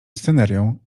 scenerią